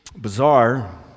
Bizarre